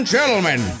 gentlemen